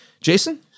Jason